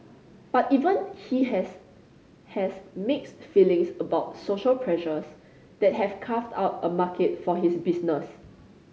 but even he has has mixed feelings about social pressures that have carved out a market for his business